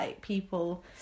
people